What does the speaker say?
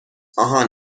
آهان